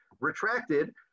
retracted